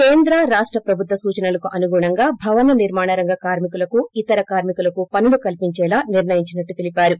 కేంద్ర రాష్ట ప్రభుత్వ సూచనలకు అనుగుణంగా భవన నిర్మాణ రంగ కార్మి కులకే ఇతర కార్మికులకే పనులు కల్పించేలా నిర్ణయించినట్టు చెప్పారు